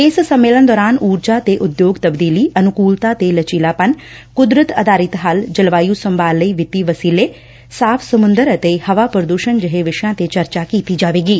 ਇਸ ਸੰਮੇਲਨ ਦੌਰਾਨ ਉਰਜਾ ਤੇ ਉਦਯੋਗ ਤਬਦੀਲੀ ਅਨੁਕੁਲਤਾ ਤੇ ਲਚੀਲਾਪਨ ਕੁਦਰਤ ਆਧਾਰਿਤ ਹੱਲ ਜਲਵਾਯੂ ਸੰਭਾਲ ਲਈ ਵਿੱਤੀ ਵਸੀਲੇ ਵਿ੍ਤਾਕਾਰ ਅਰਥ ਵਿਵਸਥਾ ਸਾਫ਼ ਸਮੁੰਦਰ ਅਤੇ ਹਵਾ ਪ੍ਰਦੂਸ਼ਣ ਜਿਹੇ ਵਿਸ਼ਿਆ ਤੇ ਚਰਚਾ ਕੀਤੀ ਜਾਵੇਗੀ